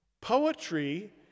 Poetry